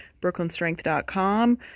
BrooklynStrength.com